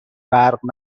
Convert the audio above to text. برق